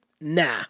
nah